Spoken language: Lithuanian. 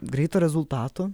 greito rezultato